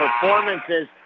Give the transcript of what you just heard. performances